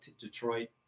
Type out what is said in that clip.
Detroit